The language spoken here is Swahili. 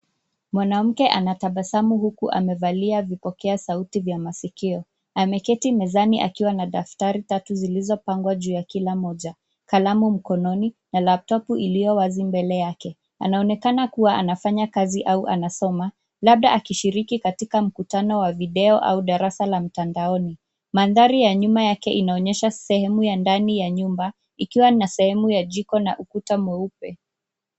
Mwanamke anatabasamu huku amevalia vipokea sauti vya masikio. Ameketi mezani akiwa na daftari tatu zilizopangwa juu ya kila mmoja, kalamu mkononi na lapttopu iliyo mbele yake. Anaonekana kuwa anafanya kazi au anasoma labda akishiriki katika mkutano wa video au darasa la mtandaoni. Mandhari ya nyuma yake inaonyesha sehemu ya ndani ya nyumba ikiwa na sehemu ya jiko na ukuta mweupe.